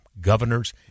governors